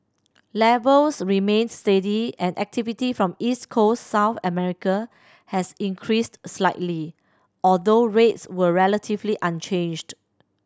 levels remained steady and activity from East Coast South America has increased slightly although rates were relatively unchanged